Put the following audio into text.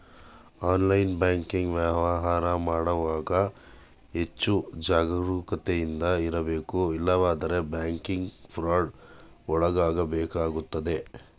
online banking ವ್ಯವಹಾರ ಮಾಡುವಾಗ ಹೆಚ್ಚು ಜಾಗರೂಕತೆಯಿಂದ ಇರಬೇಕು ಇಲ್ಲವಾದರೆ ಬ್ಯಾಂಕಿಂಗ್ ಫ್ರಾಡ್ ಒಳಗಾಗಬೇಕಾಗುತ್ತದೆ